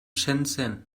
shenzhen